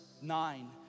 nine